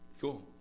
Cool